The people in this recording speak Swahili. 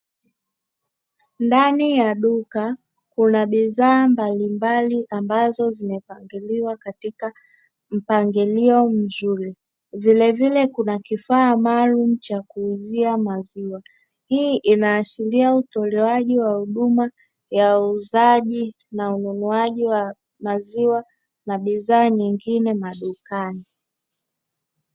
Ndani ya duka kuna bidhaa mbalimbali ambazo zimepangiliwa katika mpangilio mzuri, vilevile kuna kifaa maalumu cha kuuzia maziwa hii inaashiria utolewaji wa huduma ya uuzaji na ununuaji wa maziwa na bidhaa nyingine madukani.